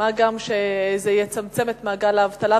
מה גם שזה יצמצם את מעגל האבטלה,